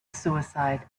suicide